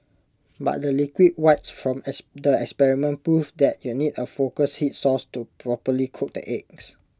but the liquid whites from the experiment proved that you need A focused heat source to properly cook the eggs